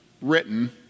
written